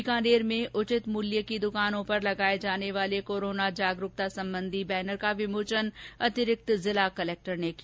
बीकानेर में उचित मूल्य द्वकानों पर लगाये जाने वाले कोरोना जागरूकता संबंधी बैनर का विमोचन अतिरिक्त जिला कलक्टर ने किया